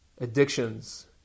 addictions